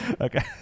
okay